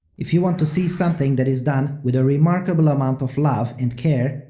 if you want to see something that is done with a remarkable amount of love and care,